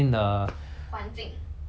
!wah! 很可怜